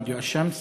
רדיו "שאמס".